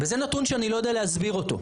וזה נתון שאני לא יודע להסביר אותו.